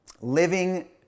living